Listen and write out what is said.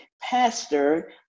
pastor